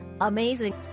amazing